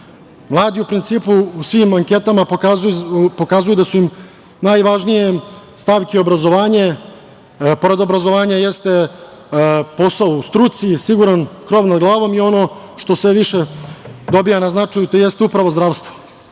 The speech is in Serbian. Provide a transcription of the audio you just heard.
Mladi, u principu, u svim anketama pokazuju da su im najvažnije stavke obrazovanje, pored obrazovanja jeste posao u struci, siguran krov nad glavom i ono što sve više dobija na značaju, to jeste upravo zdravstvo.